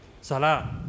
Salah